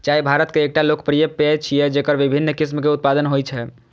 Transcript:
चाय भारत के एकटा लोकप्रिय पेय छियै, जेकर विभिन्न किस्म के उत्पादन होइ छै